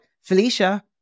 Felicia